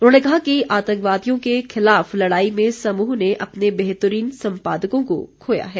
उन्होंने कहा कि आतंकवादियों के खिलाफ लड़ाई में समूह ने अपने बेहतरीन सम्पादकों को खोया है